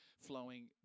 flowing